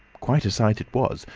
quite a sight it was.